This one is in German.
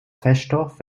feststoff